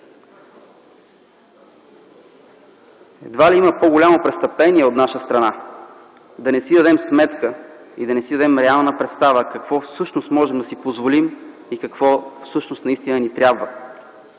Едва ли има по-голямо престъпление от наша страна да не си дадем сметка и да нямаме реална представа какво всъщност можем да си позволим и какво всъщност наистина ни трябва.